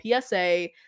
PSA